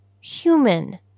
human